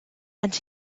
and